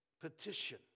Petition